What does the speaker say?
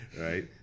Right